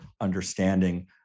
understanding